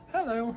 Hello